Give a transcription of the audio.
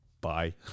bye